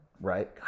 right